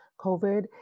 COVID